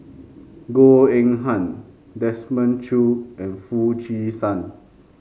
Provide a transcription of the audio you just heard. Goh Eng Han Desmond Choo and Foo Chee San